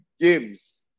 games